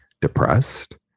depressed